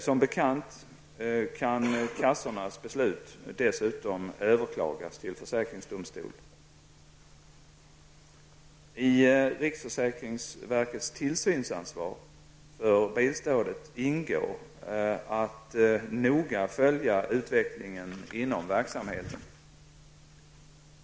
Som bekant kan kassornas beslut dessutom överklagas till försäkringsdomstol. I riksförsäkringsverkets tillsynsansvar för bilstödet ingår att noga följa utvecklingen inom verksamheten.